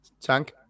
Tank